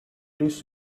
british